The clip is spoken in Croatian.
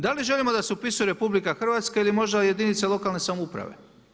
Da li želimo da se upisuje RH ili možda jedinica lokalne samouprave?